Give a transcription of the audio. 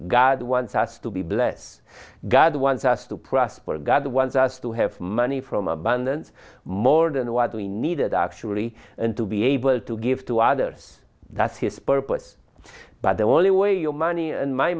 god wants us to be bless god wants us to prosper god wants us to have money from abundance more than what we needed actually and to be able to give to others that's his purpose but the only way your money and my